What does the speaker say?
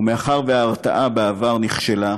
ומאחר שההרתעה נכשלה בעבר,